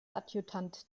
adjutant